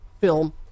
film